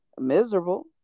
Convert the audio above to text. miserable